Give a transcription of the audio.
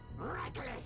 Reckless